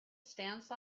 stance